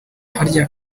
harya